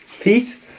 Pete